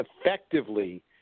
effectively